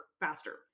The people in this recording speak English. faster